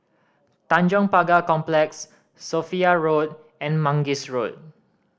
Tanjong Pagar Complex Sophia Road and Mangis Road